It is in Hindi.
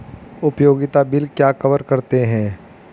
उपयोगिता बिल क्या कवर करते हैं?